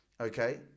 okay